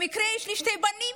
במקרה יש לי שני בנים